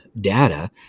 data